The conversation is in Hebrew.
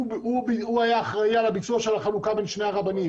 הוא היה האחראי על הביצוע של החלוקה בין שני הרבנים.